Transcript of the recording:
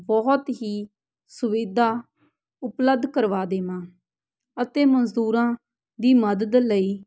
ਬਹੁਤ ਹੀ ਸੁਵਿਧਾ ਉਪਲਧ ਕਰਵਾ ਦੇਵਾਂ ਅਤੇ ਮਜ਼ਦੂਰਾਂ ਦੀ ਮਦਦ ਲਈ